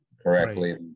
correctly